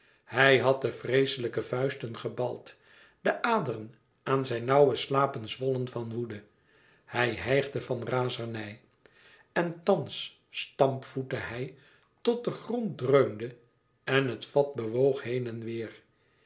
hij had de vreeslijke vuisten gebald de aderen aan zijn nauwe slapen zwollen van woede hij hijgde van razernij en thans stampvoette hij tot de grond dreunde en het vat bewoog heen en weêr